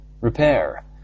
repair